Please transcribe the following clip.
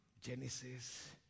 Genesis